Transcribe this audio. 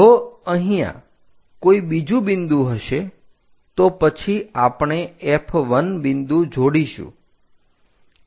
જો અહીંયા કોઈ બીજું બિંદુ હશે તો પછી આપણે F1 બિંદુ જોડીશું